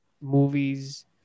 movies